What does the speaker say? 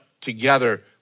together